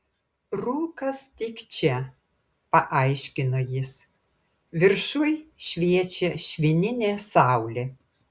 rūkas tik čia paaiškino jis viršuj šviečia švininė saulė